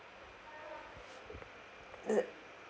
uh